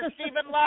Stephen